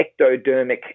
ectodermic